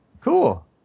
cool